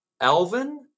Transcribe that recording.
Alvin